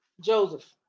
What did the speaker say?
Joseph